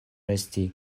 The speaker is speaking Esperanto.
esti